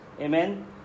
amen